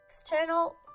external